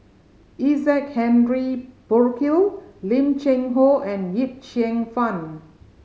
Isaac Henry Burkill Lim Cheng Hoe and Yip Cheong Fun